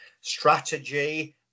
strategy